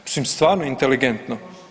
Mislim stvarno inteligentno.